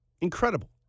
Incredible